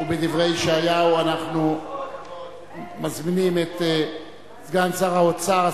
ומדברי ישעיהו אנחנו מזמינים את סגן שר האוצר,